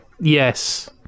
Yes